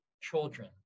children